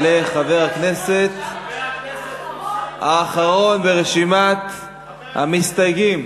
יעלה חבר הכנסת האחרון ברשימת המסתייגים,